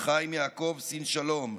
חיים יעקב סין שלום,